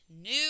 new